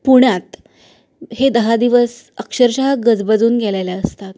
पुण्यात हे दहा दिवस अक्षरशः गजबजून गेलेले असतात